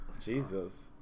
Jesus